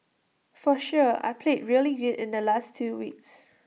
for sure I played really good in the last two weeks